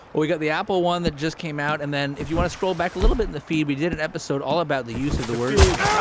we got the apple one that just came out. and then if you want to scroll back a little bit in the feed, we did an episode all about the use of the word.